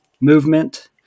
movement